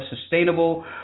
sustainable